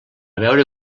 veure